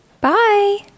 Bye